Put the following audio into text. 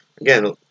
again